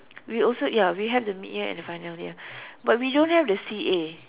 we also ya we have the mid year and the final year but we don't have the C_A